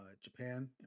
japan